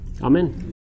Amen